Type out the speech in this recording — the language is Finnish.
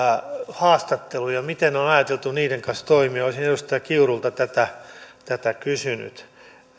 haastatteluja miten on on ajateltu niiden kanssa toimia olisin edustaja kiurulta tätä tätä kysynyt